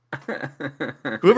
Whoever